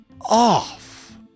off